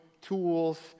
tools